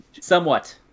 Somewhat